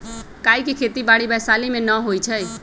काइ के खेति बाड़ी वैशाली में नऽ होइ छइ